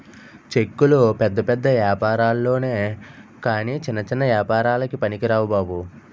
చెక్కులు పెద్ద పెద్ద ఏపారాల్లొనె కాని చిన్న చిన్న ఏపారాలకి పనికిరావు బాబు